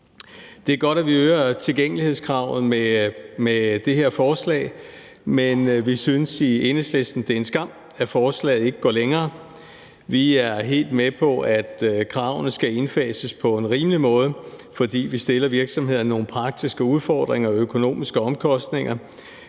det her forslag øger tilgængelighedskravet, men vi synes i Enhedslisten, at det er en skam, at forslaget ikke går længere. Vi er helt med på, at kravene skal indfases på en rimelig måde, for vi stiller virksomhederne over for nogle praktiske udfordringer og økonomiske omkostninger,